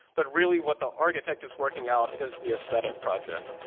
but really what the architect is working out is the aesthetic project.